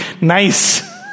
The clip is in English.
nice